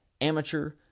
Amateur